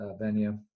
venue